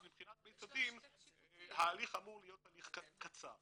אז מבחינת בית הדין ההליך אמור להיות הליך קצר.